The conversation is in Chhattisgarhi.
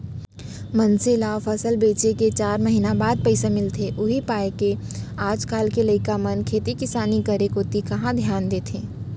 मनसे ल फसल बेचे के चार महिना बाद पइसा मिलथे उही पायके आज काल के लइका मन खेती किसानी करे कोती कहॉं धियान देथे